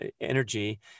energy